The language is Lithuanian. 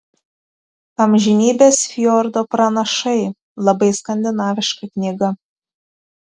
amžinybės fjordo pranašai labai skandinaviška knyga